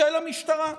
של המשטרה?